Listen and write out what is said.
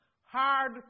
hard